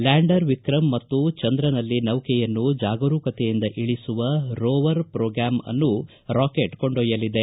ಲ್ಕಾಂಡರ್ ವಿಕ್ರಮ್ ಮತ್ತು ಚಂದ್ರನಲ್ಲಿ ನೌಕೆಯನ್ನು ಜಾಗರೂಕತೆಯಿಂದ ಇಳಿಸುವ ರೋವರ್ ಪ್ರೋಗ್ಯಾಂ ಅನ್ನು ರಾಕೆಟ್ ಕೊಂಡೊಯ್ಯಲಿದೆ